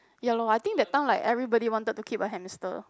ya loh I think that time like everybody wanted to keep a hamster